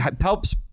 helps